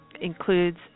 includes